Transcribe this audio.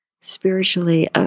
spiritually